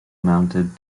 mounted